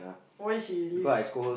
why she leave